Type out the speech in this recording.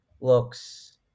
looks